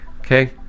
okay